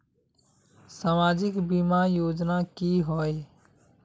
सामाजिक बीमा योजना की होय?